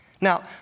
Now